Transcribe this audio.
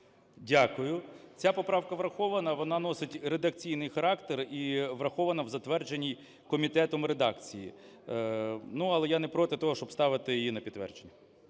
Дякую. Ця поправка врахована, вона носить редакційний характер і врахована в затвердженій комітетом редакції. Ну, але я не проти того, щоб ставити її на підтвердження.